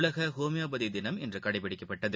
உலக ஹோமியோபதி தினம் இன்று கடைபிடிக்கப்பட்டது